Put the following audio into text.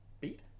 Beat